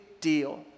deal